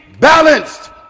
balanced